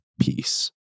peace